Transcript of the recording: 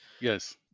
Yes